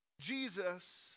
Jesus